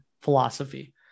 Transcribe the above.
philosophy